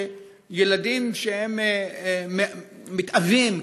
ילדים שמתאווים,